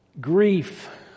grief